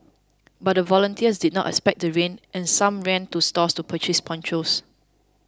but the volunteers did not expect the rain and some ran to stores to purchase ponchos